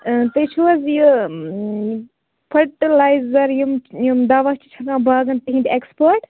تُہۍ چھِو حظ یہِ فٔٹِلایزَر یِم یِم دَوا چھِ چھَکان باغَن تِہٕنٛدۍ ایٚکسپٲٹ